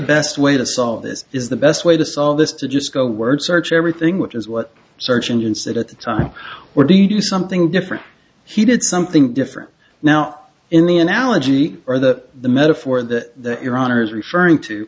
best way to solve this is the best way to solve this to just go word search everything which is what search engine sit at the time were do you do something different he did something different now in the analogy or that the metaphor that your honor is referring to